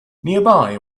nearby